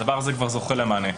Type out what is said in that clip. והדבר הזה כבר זוכה למענה.